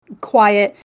quiet